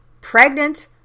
pregnant